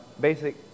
basic